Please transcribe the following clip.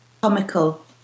comical